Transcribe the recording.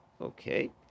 Okay